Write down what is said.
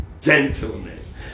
gentleness